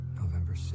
November